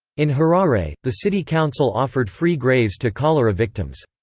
in harare, the city council offered free graves to cholera victims.